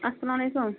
اَسلام علیکُم